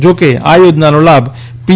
જોકે આ યોજનાનો લાભ પી